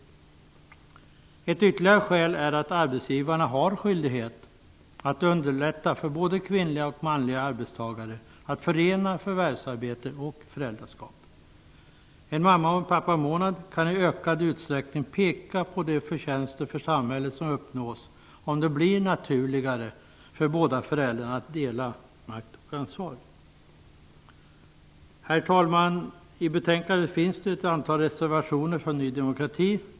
Ett ytterligare skäl är att arbetsgivarna har skyldighet att underlätta för både kvinnliga och manliga arbetstagare att förena förvärvsarbete och föräldraskap. En mamma och en pappamånad kan i ökad utsträckning peka på de förtjänster för samhället som uppnås om det blir naturligare för båda föräldrarna att dela makt och ansvar. Herr talman! Till betänkandet finns ett antal reservationer från Ny demokrati.